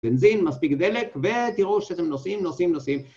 בנזין, מספיק דלק, ותראו שאתם נוסעים, נוסעים, נוסעים.